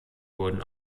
wurden